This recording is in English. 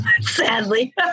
sadly